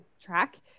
track